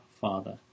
father